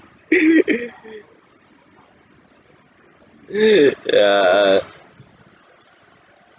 ya